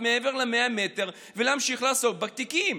מעבר ל-100 מטרים ולהמשיך לעסוק בתיקים?